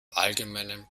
allgemeinen